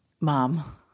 Mom